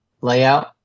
layout